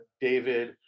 David